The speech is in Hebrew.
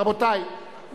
רבותי,